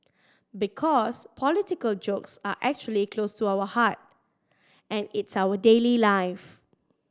because political jokes are actually close to our heart and it's our daily life